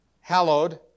Hallowed